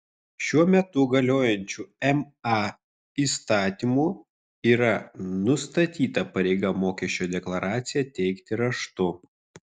šiuo metu galiojančiu ma įstatymu yra nustatyta pareiga mokesčio deklaraciją teikti raštu